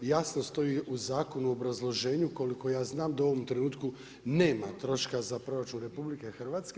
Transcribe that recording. Jasno stoji u zakonu u obrazloženju koliko ja znam da u ovom trenutku nema troška za proračun RH.